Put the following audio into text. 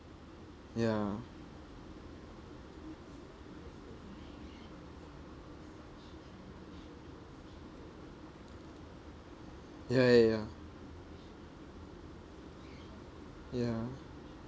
ya ya ya ya ya